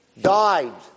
died